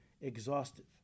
exhaustive